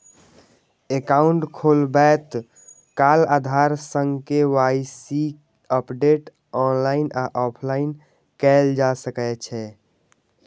account खोलबैत काल आधार सं के.वाई.सी अपडेट ऑनलाइन आ ऑफलाइन कैल जा सकै छै